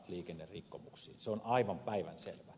se on aivan päivänselvää